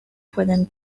pueden